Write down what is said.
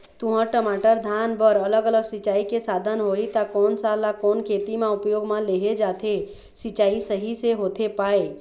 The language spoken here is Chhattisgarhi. तुंहर, टमाटर, धान बर अलग अलग सिचाई के साधन होही ता कोन सा ला कोन खेती मा उपयोग मा लेहे जाथे, सिचाई सही से होथे पाए?